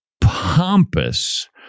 pompous